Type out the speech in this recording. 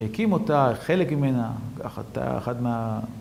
הקים אותה, חלק ממנה, אחת מה...